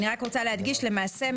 אני רק רוצה להדגיש: למעשה,